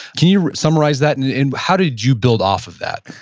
can you summarize that? and and and how did you build off of that?